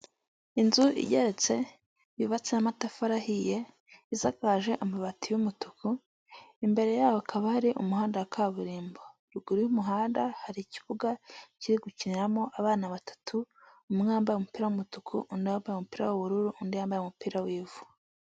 Inzu igeretse yubatse y'amatafari ahiye isakaje amabati y'umutuku, imbere yaho hakaba hari umuhanda wa kaburimbo, ruguru y'umuhanda hari ikibuga kiri gukiniramo abana batatu, umwe wambaye umupira w'umutuku ,undi wambaye umupira w'ubururu, undi yambaye umupira w'ivu.